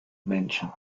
mansion